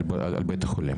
לצערי לא הספקנו לקדם הכול.